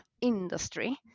industry